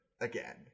again